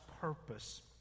purpose